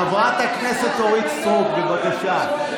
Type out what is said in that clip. חברת הכנסת אורית סטרוק, בבקשה.